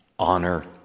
Honor